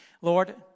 Lord